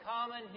common